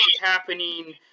happening